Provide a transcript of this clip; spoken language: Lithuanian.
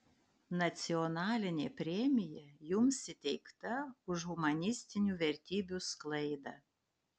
nacionalinė premija jums įteikta už humanistinių vertybių sklaidą